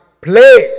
play